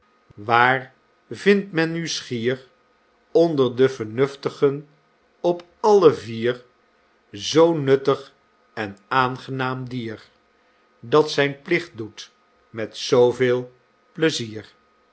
waar vindt men nu schier onder de vernuftigen op alle vier zoo'n nuttig en aangenaam dier dat zijn plicht doet met zooveel pleizier